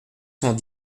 cent